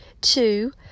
two